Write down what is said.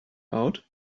out